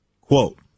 quote